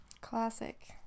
Classic